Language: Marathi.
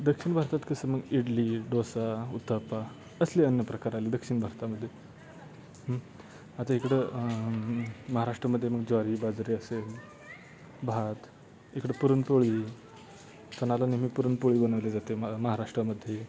दक्षिण भारतात कसं मग इडली डोसा उत्ताप्पा असले अन्नप्रकार आले दक्षिण भारतामध्ये आता इकडं महाराष्ट्रामध्ये मग ज्वारी बाजरी असेल भात इकडं पुरणपोळी चणाडाळ नेहमी पुरणपोळी बनवली जाते म महाराष्ट्रामध्ये